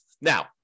Now